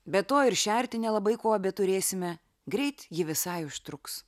be to ir šerti nelabai kuo beturėsime greit ji visai užtruks